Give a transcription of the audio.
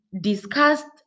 discussed